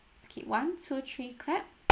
okay one two three clap